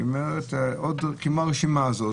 היא אומרת שכמו הרשימה הזאת,